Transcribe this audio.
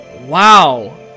wow